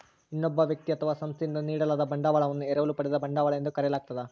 ಇನ್ನೊಬ್ಬ ವ್ಯಕ್ತಿ ಅಥವಾ ಸಂಸ್ಥೆಯಿಂದ ನೀಡಲಾದ ಬಂಡವಾಳವನ್ನು ಎರವಲು ಪಡೆದ ಬಂಡವಾಳ ಎಂದು ಕರೆಯಲಾಗ್ತದ